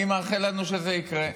אני מאחל לנו שזה יקרה.